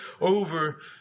over